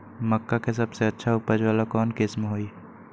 मक्का के सबसे अच्छा उपज वाला कौन किस्म होई?